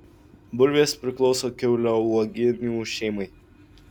bulvės priklauso kiauliauoginių šeimai